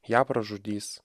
ją pražudys